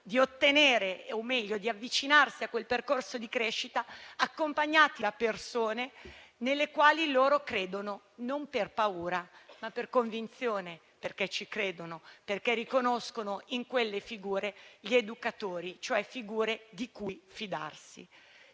di avvicinarsi a quel percorso accompagnati da persone nelle quali credono non per paura, ma per convinzione, perché ci credono, perché riconoscono in quelle figure gli educatori, cioè persone di cui fidarsi.